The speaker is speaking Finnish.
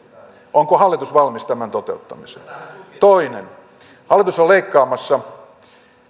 onko hallitus valmis tämän toteuttamiseen toinen hallitus on leikkaamassa